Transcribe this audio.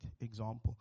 example